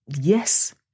yes